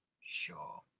sure